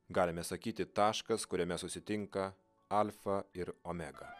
galime sakyti taškas kuriame susitinka alfa ir omega